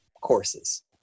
courses